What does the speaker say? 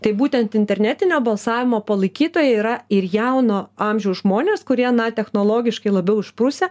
tai būtent internetinio balsavimo palaikytojai yra ir jauno amžiaus žmonės kurie na technologiškai labiau išprusę